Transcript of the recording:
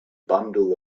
bundle